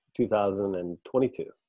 2022